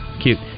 cute